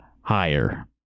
higher